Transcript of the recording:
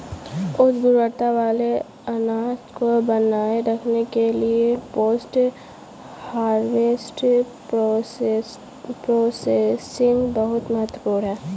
उच्च गुणवत्ता वाले अनाज को बनाए रखने के लिए पोस्ट हार्वेस्ट प्रोसेसिंग बहुत महत्वपूर्ण है